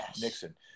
Nixon